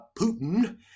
Putin